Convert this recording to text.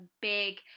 big